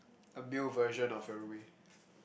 a male version of your roomie